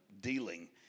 dealing